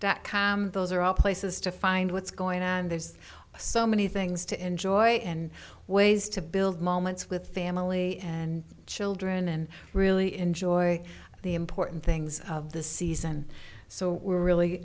highland those are all places to find what's going on and there's so many things to enjoy and ways to build moments with family and children and really enjoy the important things of the season so we're really